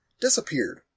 disappeared